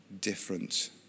different